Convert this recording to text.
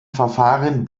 verfahren